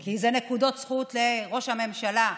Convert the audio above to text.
כי הם נקודות זכות לראש הממשלה.